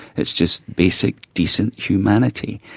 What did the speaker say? it's just basic decent humanity,